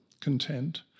content